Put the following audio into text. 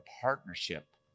partnership